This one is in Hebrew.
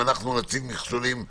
אם אנחנו נציב מכשולים לעצמנו,